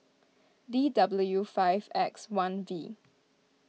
D W five X one V